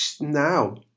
now